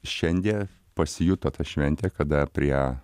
šiandie pasijuto ta šventė kada prie